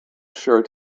shirt